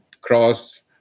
cross